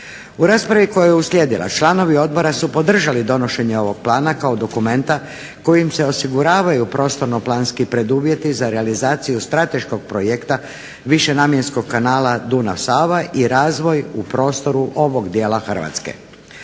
U raspravi koja je uslijedila članovi odbora su podržali donošenje ovog plana kao dokumenta kojim se osiguravaju prostorno-planski preduvjeti za realizaciju strateškog projekta višenamjenskog kanala Dunav – Sava i razvoj u prostoru ovog dijela Hrvatske.